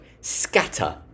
scatter